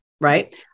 Right